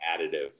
additive